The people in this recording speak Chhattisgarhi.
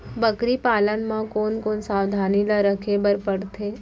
बकरी पालन म कोन कोन सावधानी ल रखे बर पढ़थे?